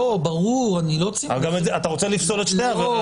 אתה רוצה לפסול את שתיהן.